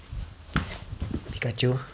pikachu